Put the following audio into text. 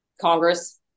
Congress